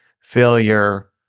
failure